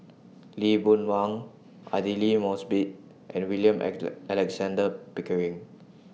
Lee Boon Wang Aidli Mosbit and William Alexander Pickering